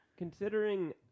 Considering